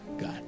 God